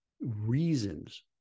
reasons